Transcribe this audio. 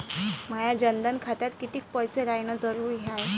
माया जनधन खात्यात कितीक पैसे रायन जरुरी हाय?